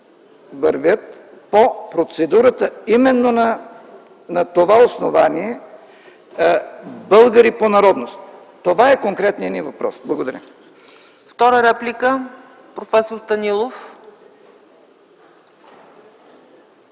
вървят по процедурата именно на това основание – българи по народност? Това е конкретният ми въпрос. Благодаря.